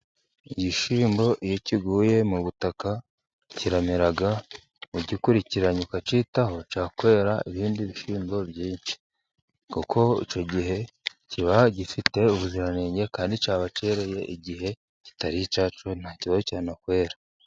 Igishyimbo iyo kiguye mu butaka kiramera, ugikurikiranye ukacyitaho cya kwera ibindi bishyimbo byinshi, kuko icyo gihe kiba gifite ubuziranenge kandi cyaba kereye igihe kitari icyacyo, nta kibazo cyana kwera.